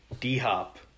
D-Hop